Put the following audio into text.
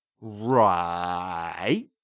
right